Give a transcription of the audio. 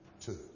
Two